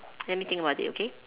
let me think about it okay